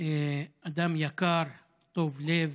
אדם יקר, טוב לב,